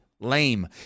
Lame